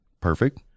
Perfect